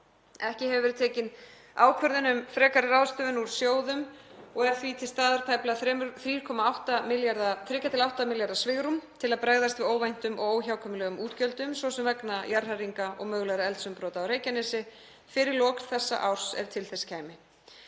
Ekki hefur verið tekin ákvörðun um frekari ráðstöfun úr sjóðnum og er því til staðar tæplega 3,8 milljarða kr. svigrúm til að bregðast við óvæntum og óhjákvæmilegum útgjöldum, svo sem vegna jarðhræringa og mögulegra eldsumbrota á Reykjanesi fyrir lok þessa árs ef til þess kæmi.